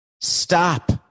stop